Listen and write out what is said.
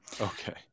okay